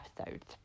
episodes